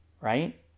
Right